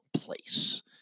place